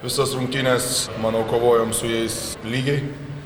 visas rungtynes manau kovojom su jais lygiai